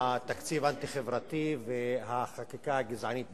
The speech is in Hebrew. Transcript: התקציב האנטי-חברתי והחקיקה הגזענית בכנסת.